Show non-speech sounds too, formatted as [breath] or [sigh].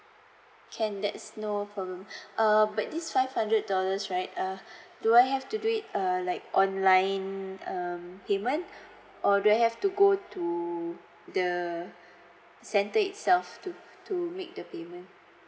can that's no problem [breath] err but this five hundred dollars right uh do I have to do it err like online um payment [breath] or do I have to go to the centre itself to to make the payment